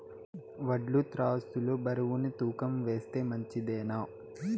వడ్లు త్రాసు లో బరువును తూకం వేస్తే మంచిదేనా?